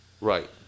Right